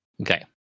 Okay